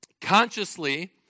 consciously